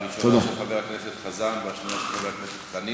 הראשונה של חבר הכנסת חזן והשנייה של חבר הכנסת חנין,